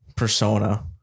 Persona